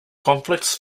conflicts